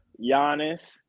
Giannis